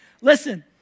Listen